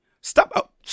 Stop